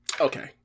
Okay